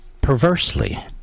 perversely